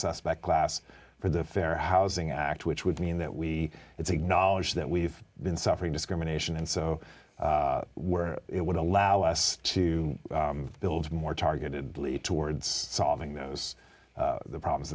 suspect class for the fair housing act which would mean that we it's a knowledge that we've been suffering discrimination and so where it would allow us to build more targeted towards solving those problems